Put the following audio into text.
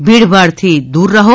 ભીડભાડ થી દૂર રહી